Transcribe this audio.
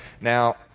Now